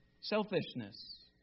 selfishness